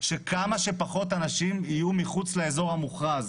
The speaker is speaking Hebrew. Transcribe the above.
שכמה שפחות אנשים יהיו מחוץ לאזור המוכרז.